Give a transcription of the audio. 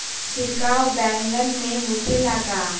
छिड़काव बैगन में होखे ला का?